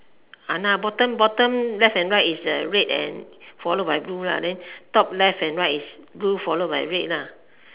!hanna! bottom bottom left and right is the red and followed by blue lah then top left and right is blue followed by red lah